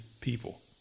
people